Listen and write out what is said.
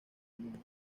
mundo